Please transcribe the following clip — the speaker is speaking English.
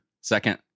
second